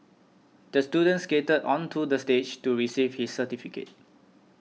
the student skated onto the stage to receive his certificate